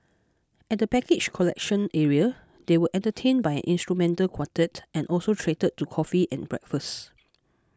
at the baggage collection area they were entertained by an instrumental quartet and also treated to coffee and breakfast